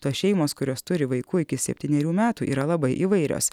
tos šeimos kurios turi vaikų iki septynerių metų yra labai įvairios